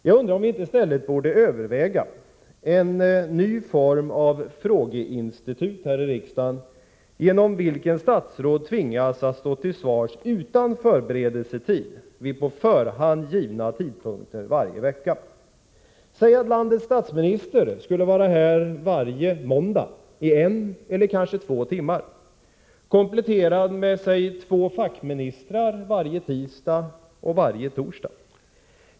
Jag undrar om vii stället inte borde överväga en ny form av frågeinstitut här i riksdagen, genom vilket statsråden tvingas att stå till svars utan förberedelsetid vid på förhand angivna tidpunkter varje vecka. Säg att landets statsminister skall vara här varje måndag i en eller två timmar och två fackministrar varje tisdag och torsdag.